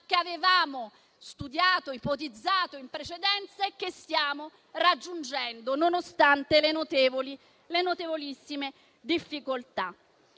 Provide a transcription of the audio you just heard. che avevamo studiato e ipotizzato in precedenza e che stiamo raggiungendo, nonostante le notevolissime difficoltà.